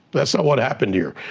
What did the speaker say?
that's not what happened here.